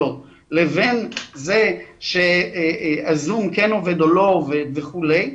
לבין זה שהזום כן עובד או לא עובד וכולי,